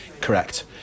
Correct